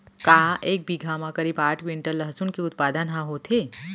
का एक बीघा म करीब आठ क्विंटल लहसुन के उत्पादन ह होथे?